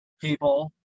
people